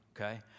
Okay